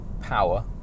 power